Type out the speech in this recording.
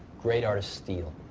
great artists steal.